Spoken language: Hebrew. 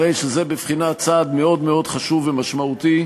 הרי שזה בבחינת צעד מאוד מאוד חשוב ומשמעותי.